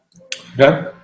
Okay